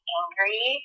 angry